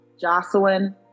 Jocelyn